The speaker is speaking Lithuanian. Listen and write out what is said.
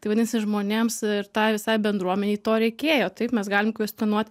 tai vadinasi žmonėms ir tai visai bendruomenei to reikėjo taip mes galim kvestionuot